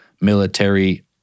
military